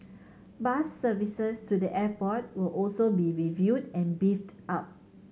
bus services to the airport will also be reviewed and beefed up